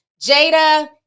Jada